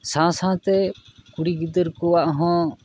ᱥᱟᱶ ᱥᱟᱶᱛᱮ ᱠᱩᱲᱤ ᱜᱤᱫᱟᱹᱨ ᱠᱚᱣᱟᱜ ᱦᱚᱸ